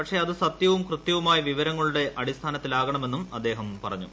പക്ഷേ അത് സത്യവും കൃത്യവുമായ വിവരങ്ങളുടെ അടിസ്ഥാനത്തിലുമാകണമെന്നും അദ്ദേഹം പറഞ്ഞു